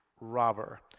robber